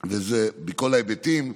מכל ההיבטים,